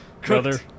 Brother